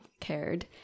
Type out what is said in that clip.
cared